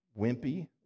wimpy